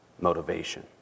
motivation